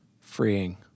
freeing